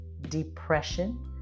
depression